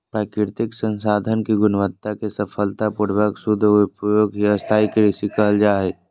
प्राकृतिक संसाधन के गुणवत्ता के सफलता पूर्वक सदुपयोग ही स्थाई कृषि कहल जा हई